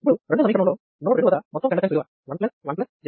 ఇప్పుడు రెండో సమీకరణంలో నోడ్ 2 వద్ద మొత్తం కండక్టెన్స్ విలువ "110